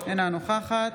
אינה נוכחת